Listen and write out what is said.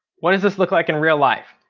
what does this look like in real life?